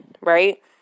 Right